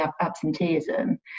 absenteeism